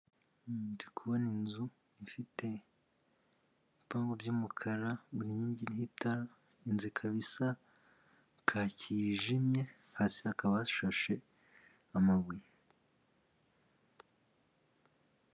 Ndi kubona inzu ifite ibipangu by'umukara buri nkingi iriho itara, inzu ikaba isa kaki yijimye hasi hakaba hashashe amabuye.